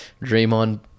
Draymond